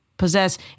possess